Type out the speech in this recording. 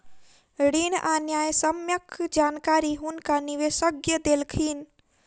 ऋण आ न्यायसम्यक जानकारी हुनका विशेषज्ञ देलखिन